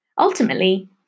Ultimately